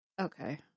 Okay